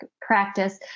practice